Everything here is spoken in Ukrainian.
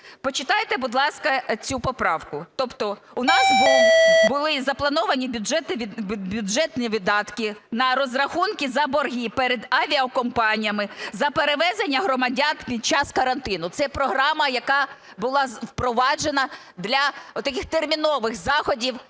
Почитайте, будь ласка, цю поправку. Тобто у нас були заплановані бюджетні видатки на розрахунки за борги перед авіакомпаніями за перевезення громадян під час карантину. Це програма, яка була впроваджена для отаких термінових заходів,